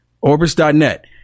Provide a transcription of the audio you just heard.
Orbis.net